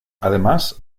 además